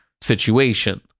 situation